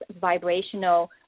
vibrational